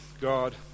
God